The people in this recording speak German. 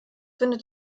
findet